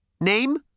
Name